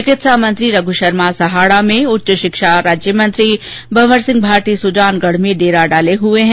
चिकित्सा मंत्री रघु शर्मा सहाडा में उच्च शिक्षा राज्य मंत्री भंवर सिंह भाटी सुजानगढ में डेरा डाले हैं